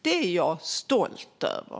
Det är jag stolt över.